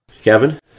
Kevin